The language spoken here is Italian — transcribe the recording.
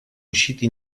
usciti